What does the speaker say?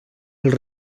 els